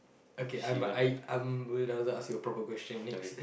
okay I'm uh I I'm want to ask you a proper question next